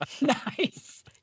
Nice